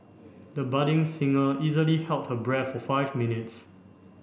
the budding singer easily held her breath for five minutes